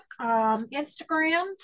Instagram